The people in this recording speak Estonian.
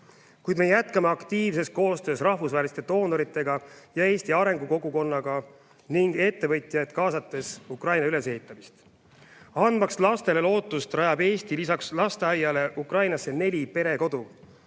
Kuid me jätkame aktiivses koostöös rahvusvaheliste doonoritega ja Eesti arengu kogukonda ning ettevõtjaid kaasates Ukraina ülesehitamist. Andmaks lastele lootust, rajab Eesti lisaks lasteaiale Ukrainasse neli perekodu.